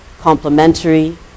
complementary